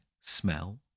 smell